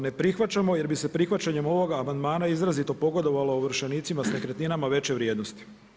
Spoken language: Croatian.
Ne prihvaćamo jer bi se prihvaćanjem ovoga amandmana izrazito pogodovalo ovršenicima sa nekretninama veće vrijednosti.